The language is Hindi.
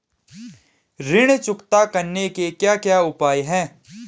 ऋण चुकता करने के क्या क्या उपाय हैं?